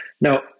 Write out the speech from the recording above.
Now